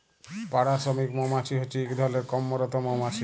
পাড়া শ্রমিক মমাছি হছে ইক ধরলের কম্মরত মমাছি